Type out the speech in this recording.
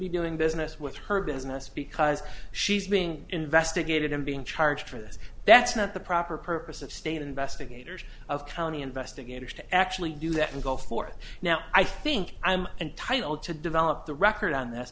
be doing business with her business because she's being investigated and being charged for this that's not the proper purpose of state investigators of county investigators to actually do that and go for it now i think i'm entitled to develop the record on this